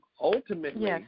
Ultimately